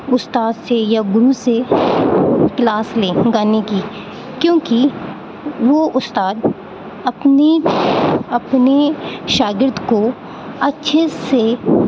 استاد سے یا گرو سے کلاس لیں گانے کی کیونکہ وہ استاد اپنی اپنی شاگرد کو اچھے سے